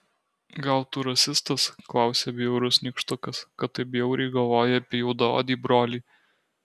gal tu rasistas klausia bjaurus nykštukas kad taip bjauriai galvoji apie juodaodį brolį